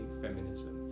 feminism